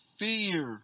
fear